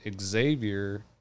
Xavier